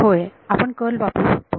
होय आपण कर्ल वापरू शकतो